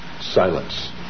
silence